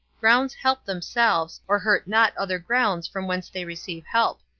grounds help themselves, or hurt not other grounds from whence they receive help.